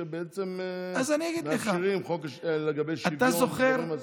שבעצם מאפשרים חופש לגבי שוויון ודברים מהסוג הזה.